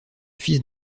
fils